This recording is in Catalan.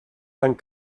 tant